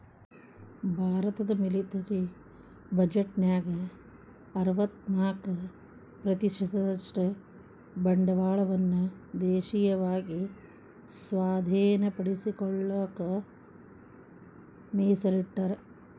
ಭಾರತದ ಮಿಲಿಟರಿ ಬಜೆಟ್ನ್ಯಾಗ ಅರವತ್ತ್ನಾಕ ಪ್ರತಿಶತದಷ್ಟ ಬಂಡವಾಳವನ್ನ ದೇಶೇಯವಾಗಿ ಸ್ವಾಧೇನಪಡಿಸಿಕೊಳ್ಳಕ ಮೇಸಲಿಟ್ಟರ